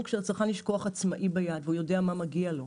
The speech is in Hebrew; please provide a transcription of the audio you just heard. כשלצרכן יש כוח עצמאי ביד והוא יודע מה מגיע לו.